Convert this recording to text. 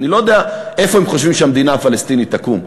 אני לא יודע איפה הם חושבים שהמדינה הפלסטינית תקום.